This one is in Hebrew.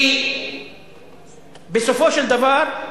כי בסופו של דבר,